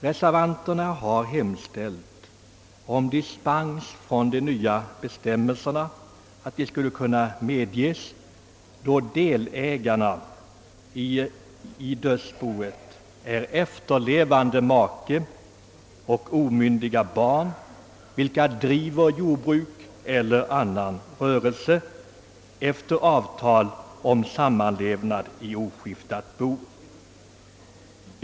Reservanterna har hemställt om att dispens från de nya bestämmelserna skulle kunna medges då delägarna i ett dödsbo är efterlevande make och omyndiga barn, vilka driver jordbruk eller annan rörelse efter avtal om sammanlevnad i oskiftat bo.